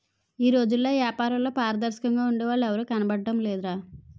ఈ రోజుల్లో ఏపారంలో పారదర్శకంగా ఉండే వాళ్ళు ఎవరూ కనబడడం లేదురా